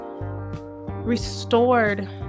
restored